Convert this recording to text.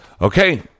Okay